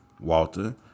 Walter